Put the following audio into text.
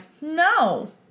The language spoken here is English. No